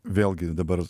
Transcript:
vėlgi dabar